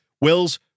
Wills